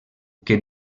que